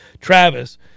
Travis